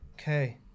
okay